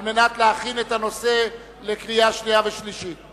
על מנת להכין את הנושא לקריאה שנייה ולקריאה שלישית.